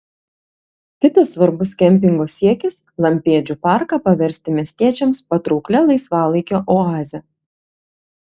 kitas svarbus kempingo siekis lampėdžių parką paversti miestiečiams patrauklia laisvalaikio oaze